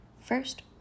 First